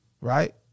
right